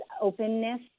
openness